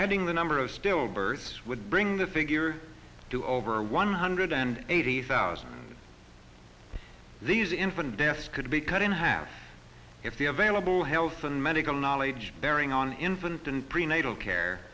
adding the number of stillbirths would bring the figure to over one hundred and eighty thousand these infant deaths could be cut in half if the available health and medical knowledge bearing on infant an